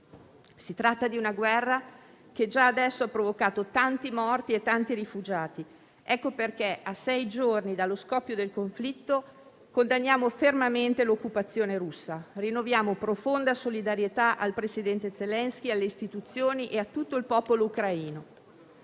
Si tratta di una guerra che già adesso ha provocato tanti morti e tanti rifugiati. Ecco perché, a sei giorni dallo scoppio del conflitto, condanniamo fermamente l'occupazione russa e rinnoviamo profonda solidarietà al presidente Zelensky, alle istituzioni e a tutto il popolo ucraino.